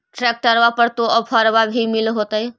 ट्रैक्टरबा पर तो ओफ्फरबा भी मिल होतै?